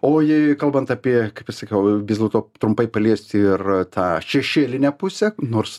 o jei kalbant apie kaip ir sakiau vis dėlto trumpai paliesti ir tą šešėlinę pusę nors